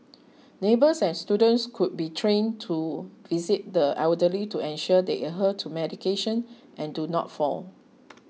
neighbours and students could be trained to visit the elderly to ensure they adhere to medication and do not fall